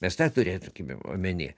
mes tą turėkim omeny